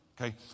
Okay